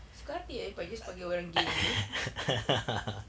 suka hati eh abang just panggil orang gay eh